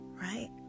right